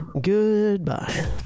Goodbye